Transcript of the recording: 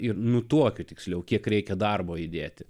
ir nutuokiu tiksliau kiek reikia darbo įdėti